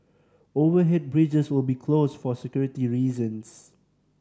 overhead bridges will be closed for security reasons